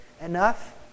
enough